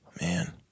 man